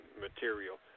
material